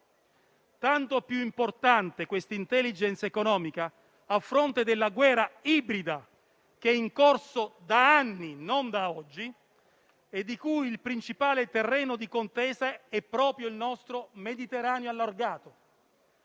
tanto più importante a fronte della guerra ibrida che è in corso da anni, non da oggi, e di cui il principale terreno di contesa è proprio il nostro Mediterraneo allargato.